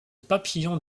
papillon